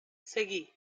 seguí